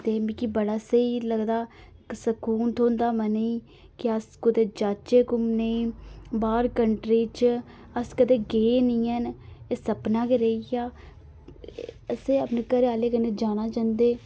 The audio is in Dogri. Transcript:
ते मिकी बड़ा स्हेई लगदा इक सकून थ्होंदा मन गी के अस कुतै जाह्चै धूमने गी बाह्र कंट्री च अस कदें गै नी ना एह् सपना गै रेही गेआ असें अपने घरे आहले कन्नै जाना चांह्दे